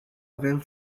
avem